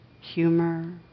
humor